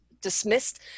dismissed